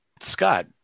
scott